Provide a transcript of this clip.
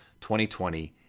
2020